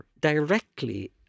directly